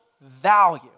Value